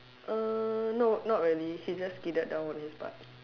uh no not really he just skidded down on his butt